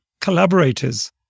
collaborators